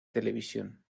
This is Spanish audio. televisión